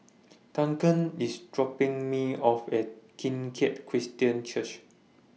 Duncan IS dropping Me off At Kim Keat Christian Church